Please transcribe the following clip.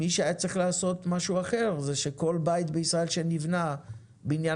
מי שהיה צריך לעשות משהו אחר זה שכל בית בישראל שנבנה בנין